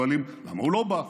שואלים: למה הוא לא בא?